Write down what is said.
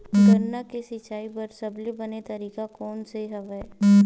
गन्ना के सिंचाई बर सबले बने तरीका कोन से हवय?